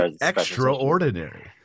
Extraordinary